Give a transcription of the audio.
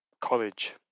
college